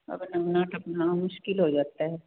ਅਬ ਲੰਘਨਾ ਟੱਪਣਾ ਮੁਸ਼ਕਿਲ ਹੋ ਜਾਤਾ ਹੈ